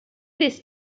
this